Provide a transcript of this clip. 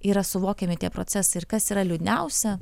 yra suvokiami tie procesai ir kas yra liūdniausia